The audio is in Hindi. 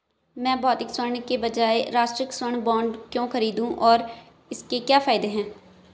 मैं भौतिक स्वर्ण के बजाय राष्ट्रिक स्वर्ण बॉन्ड क्यों खरीदूं और इसके क्या फायदे हैं?